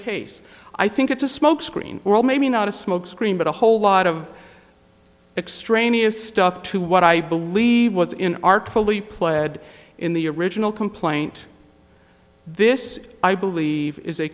case i think it's a smokescreen well maybe not a smokescreen but a whole lot of extraneous stuff to what i believe was in artfully pled in the original complaint this i believe is a